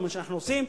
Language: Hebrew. זה מה שאנחנו עושים.